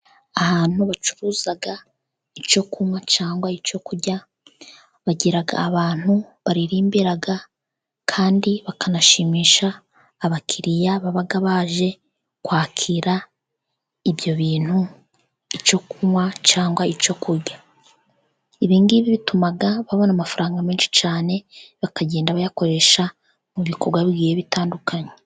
Ahantu bacuruza icyo kunywa cyangwa icyo kurya, bagira abantu baririmbira kandi bakanashimisha abakiriya, baba baje kwakira ibyo bintu icyo kunywa cyangwa icyo kurya ,ibi ngibi bituma babona amafaranga menshi cyane, bakagenda bayakoresha mu bikorwa bigiye bitandukanye.